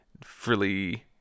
frilly